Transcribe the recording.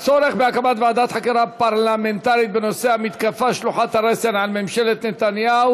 אחר, וצפון ודרום, ו-x ו-y,